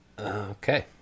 Okay